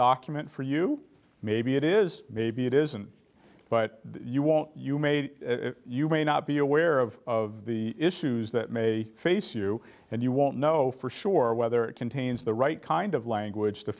document for you maybe it is maybe it isn't but you won't you made you may not be aware of of the issues that may face you and you won't know for sure whether it contains the right kind of language to